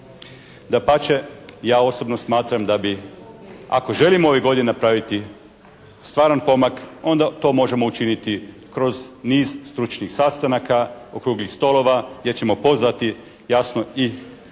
Dapače, ja osobno smatram da bi ako želimo ove godine napraviti stvaran pomak onda to možemo učiniti kroz niz stručnih sastanaka, okruglih stolova gdje ćemo pozvati jasno i udruge